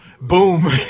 Boom